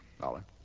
Dollar